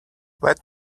let